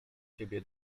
ciebie